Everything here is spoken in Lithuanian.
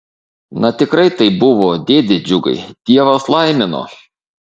na tikrai taip buvo dėde džiugai dievas laimino